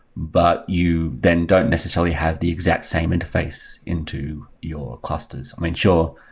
but you then don't necessarily have the exact same interface into your clusters. i mean, sure,